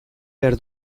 behar